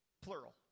plural